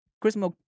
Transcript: Christmas